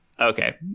Okay